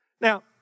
Now